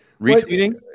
retweeting